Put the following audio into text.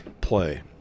play